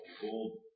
gold